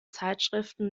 zeitschriften